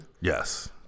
Yes